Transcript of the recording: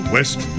West